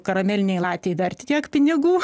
karamelinei latei dar tiek pinigų